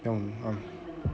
不用按